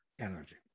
energy